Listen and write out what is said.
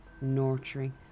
nurturing